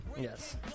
Yes